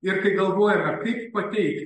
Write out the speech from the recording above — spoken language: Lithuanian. ir kai galvojome kaip pateikti